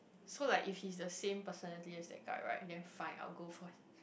so like if he's the same personality as that guy right and then fine I will go for it